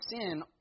sin